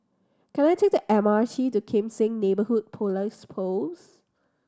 can I take the M R T to Kim Seng Neighbourhood Police Post